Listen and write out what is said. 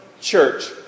church